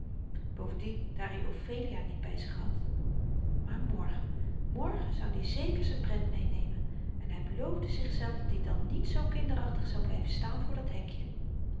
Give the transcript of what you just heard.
bovendien daar i ophelia niet by zich had maar morgen morgen zoud i zeker z'n prent meenemen en hy beloofde zichzelf dat-i dan niet zoo kinderachtig zou blyven staan voor dat hekje